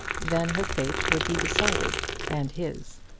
then her fate would be decided and his.